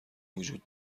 وجود